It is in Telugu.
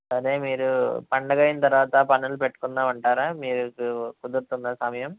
అదే మీరు పండగ అయిన తర్వాత పనులు పెట్టుకుందాం అంటారా మీకు కుదురుతుందా సమయం